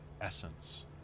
essence